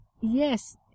yes